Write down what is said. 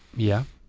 yeah.